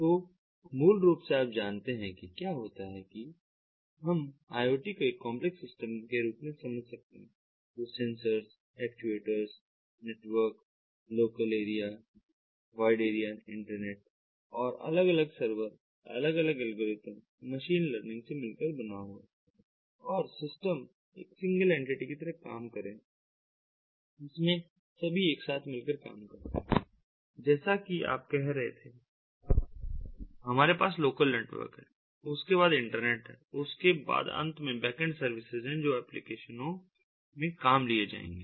तो मूल रूप से आप जानते हैं कि क्या होता है की हम IoT को एक कॉम्प्लेक्स सिस्टम के रूप में समझ सकते हैं जो sensors actuators network local area wide area internet और अलग अलग सर्वर अलग अलग एल्गोरिथ्म मशीन लर्निंग से मिलकर बना हुआ है और सिस्टम एक सिंगल एंटिटी की तरह काम करें इसमें सभी एक साथ मिलकर काम करते हैं जैसा कि आप कह रहे थे हमारे पास लोकल नेटवर्क है उसके बाद इंटरनेट है उसके बाद अंत में बैकेंड सर्विसेज हैं जो एप्लिकेशनों में काम लिए जाएंगे